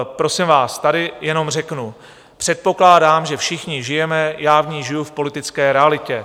Prosím vás, tady jenom řeknu: předpokládám, že všichni žijeme já v ní žiju v politické realitě.